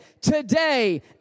today